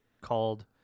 called